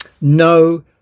No